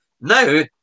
Now